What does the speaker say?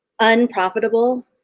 unprofitable